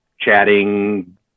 chatting